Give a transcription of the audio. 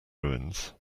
ruins